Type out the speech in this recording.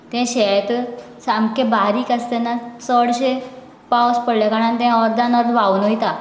तें शेत सामके बारीक आसा तेन्ना चडशें पावस पडले कारणान तें अर्दान अर्द व्हांवन वयता